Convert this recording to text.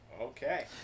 Okay